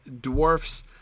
Dwarfs